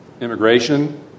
immigration